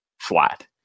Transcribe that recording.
flat